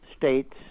states